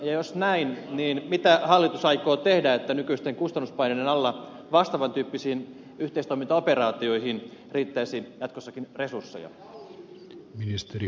jos näin on niin mitä hallitus aikoo tehdä jotta nykyisten kustannuspaineiden alla vastaavan tyyppisiin yhteistoimintaoperaatioihin riittäisi jatkossakin resursseja